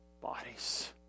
bodies